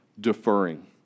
deferring